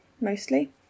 mostly